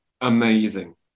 amazing